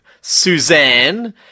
Suzanne